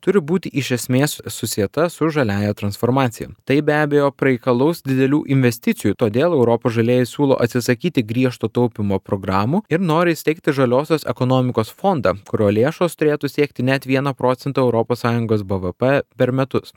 turi būti iš esmės susieta su žaliąja transformacija tai be abejo pareikalaus didelių investicijų todėl europos žalieji siūlo atsisakyti griežto taupymo programų ir nori įsteigti žaliosios ekonomikos fondą kurio lėšos turėtų siekti net vieną procentą europos sąjungos bvp per metus